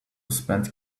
spend